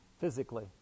physically